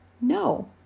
No